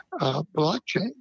blockchain